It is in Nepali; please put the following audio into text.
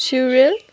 सिओल